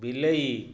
ବିଲେଇ